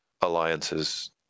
alliances